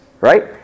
right